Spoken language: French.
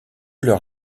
leur